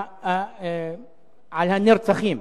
אתה שוב מגן על הרוצחים?